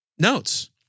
notes